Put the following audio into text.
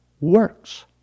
works